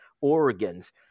Oregon's